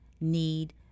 need